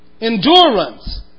Endurance